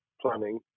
planning